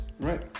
right